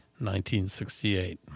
1968